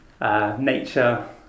Nature